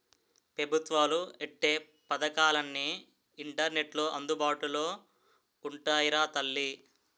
పెబుత్వాలు ఎట్టే పదకాలన్నీ ఇంటర్నెట్లో అందుబాటులో ఉంటాయిరా తల్లీ